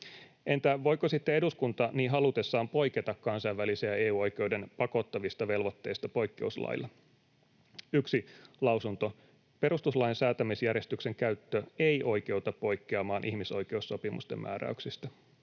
Entä voiko sitten eduskunta niin halutessaan poiketa kansainvälisen ja EU-oikeuden pakottavista velvoitteista poikkeuslailla? Yksi lausunto: ”Perustuslain säätämisjärjestyksen käyttö ei oikeuta poikkeamaan ihmisoikeussopimusten määräyksistä.”